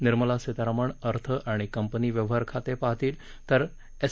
निर्मला सीतारामन अर्थ आणि कंपनी व्यवहार खाते पाहतील तर एस